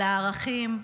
על הערכים,